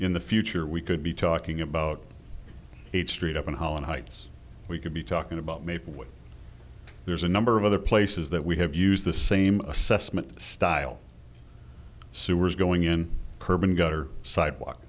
in the future we could be talking about a street up in holland heights we could be talking about maybe with there's a number of other places that we have used the same assessment style sewers going in curb and gutter sidewalk